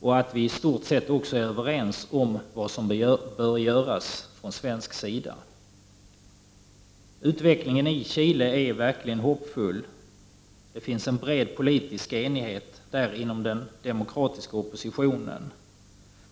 Vi är också i stort sett överens om vad som bör göras från svensk sida. Utvecklingen i Chile är verkligen hoppfull. Det finns en bred politisk enighet inom den demokratiska oppositionen.